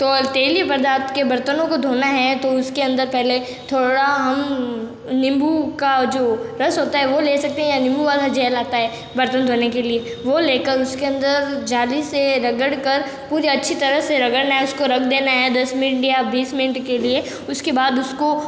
तो तेलीय पर्दाथ के बर्तनों को धोना है तो उसके अंदर पहले थोड़ा नींबू का जो रस होता है वो ले सकते हैं या नींबू वाला जेल आता है बर्तन धोने के लिए वो लेकर उसके अंदर जाली से रगड़ कर पूरे अच्छी तरह से रगड़ना है रख देना है दस मिनट या बीस मिनट के लिए उसके बाद उसको